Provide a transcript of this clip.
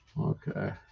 Okay